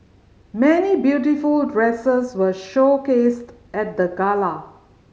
many beautiful dresses were showcased at the gala